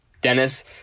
Dennis